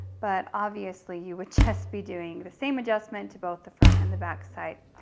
but obviously, you would just be doing the same adjustment to both the front and the back side.